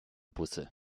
busse